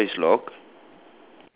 ya the stall is locked